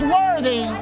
worthy